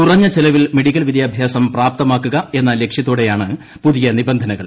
കുറഞ്ഞ ചെലവിൽ മെഡിക്കൽ വിദ്യാഭ്യാസം പ്രാപ്തമാക്കുക എന്ന ലക്ഷ്യത്തോടെയാണ് പുതിയ നിബന്ധനകൾ